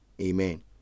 Amen